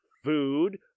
Food